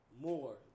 more